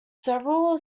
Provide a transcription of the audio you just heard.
several